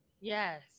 Yes